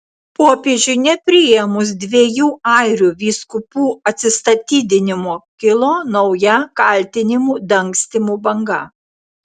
popiežiui nepriėmus dviejų airių vyskupų atsistatydinimo kilo nauja kaltinimų dangstymu banga